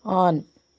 on